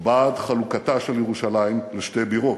או בעד חלוקתה של ירושלים לשתי בירות?